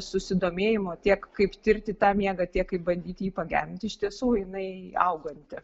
susidomėjimo tiek kaip tirti tą miegą tiek bandyti jį pagerinti iš tiesų jinai auganti